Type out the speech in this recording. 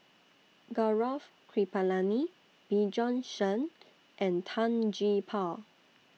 Gaurav Kripalani Bjorn Shen and Tan Gee Paw